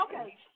Okay